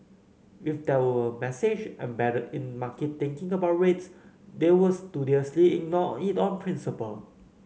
if there were a message embedded in market thinking about rates they would studiously ignore it on principle